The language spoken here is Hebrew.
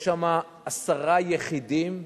יש שם עשרה יחידים,